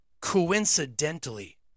Coincidentally